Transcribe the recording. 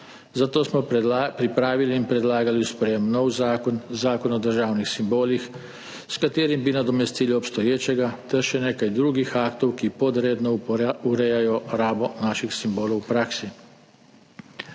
zato smo pripravili in predlagali v sprejetje nov zakon, zakon o državnih simbolih, s katerim bi nadomestili obstoječega, ter še nekaj drugih aktov, ki podredno urejajo rabo naših simbolov v praksi.